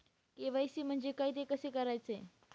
KYC म्हणजे काय? ते कसे करायचे?